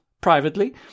privately